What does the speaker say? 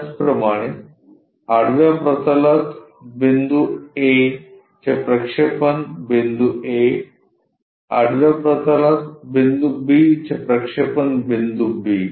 त्याचप्रमाणे आडव्या प्रतलात बिंदू A चे प्रक्षेपण बिंदू a आडव्या प्रतलात बिंदू B चे प्रक्षेपण बिंदू b